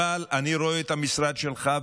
אני רואה את המשרד שלך,